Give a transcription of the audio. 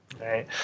Right